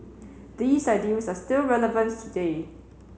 these ideals are still relevance today